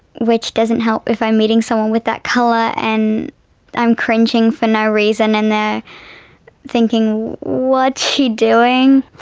which doesn't help if i'm meeting someone with that colour and i'm cringing for no reason and they're thinking, what's she doing?